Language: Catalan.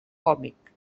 còmic